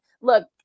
look